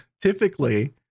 typically